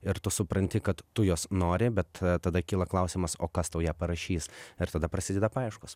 ir tu supranti kad tu jos nori bet tada kyla klausimas o kas tau ją parašys ir tada prasideda paieškos